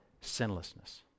sinlessness